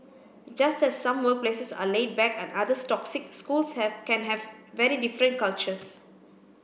just as some workplaces are laid back and others toxic schools can have very different cultures